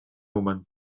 noemen